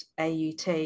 AUT